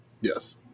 Yes